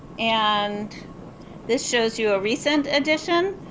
and this shows you a recent edition.